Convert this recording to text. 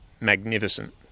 magnificent